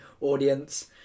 audience